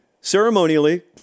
ceremonially